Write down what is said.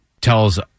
tells